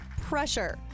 pressure